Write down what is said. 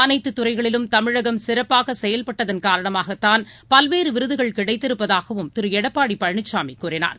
அனைத்துதுறைகளிலும் தமிழகம் சிறப்பாகசெயல்பட்டதன் காரணமாகத்தான் பல்வேறுவிருதுகள் கிடைத்திருப்பதாகவும் திருஎடப்பாடிபழனிசாமிகூறினார்